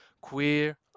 queer